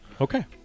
Okay